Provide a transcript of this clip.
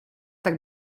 tak